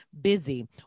busy